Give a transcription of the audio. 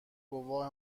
گواه